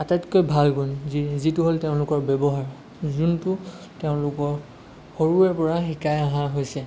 আটাইতকৈ ভাল গুণ যি যিটো হ'ল তেওঁলোকৰ ব্যৱহাৰ যোনটো তেওঁলোকৰ সৰুৰে পৰা শিকাই অহা হৈছে